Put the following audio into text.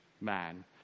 man